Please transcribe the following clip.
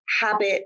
habit